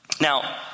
Now